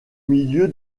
milieu